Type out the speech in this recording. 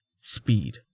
speed